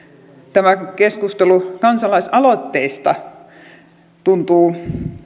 tämä keskustelu kansalaisaloitteista tuntuu